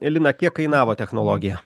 lina kiek kainavo technologija